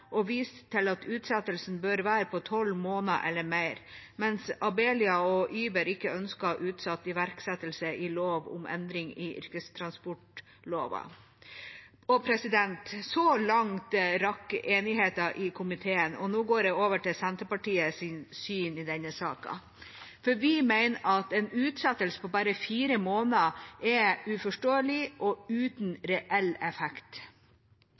og viser til at utsettelsen bør være på tolv måneder eller mer, mens Abelia og Uber ikke ønsker utsatt iverksettelse i lov om endringer i yrkestransportlova. Så langt rakk enigheten i komiteen, og nå går jeg over til Senterpartiets syn i denne saken. Vi mener at en utsettelse på bare fire måneder er uforståelig og uten reell effekt.